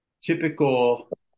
Typical